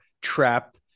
trap